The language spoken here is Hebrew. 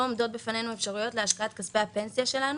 עומדות בפנינו אפשרויות להשקעת כספי הפנסיה שלנו,